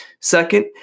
Second